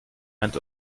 meint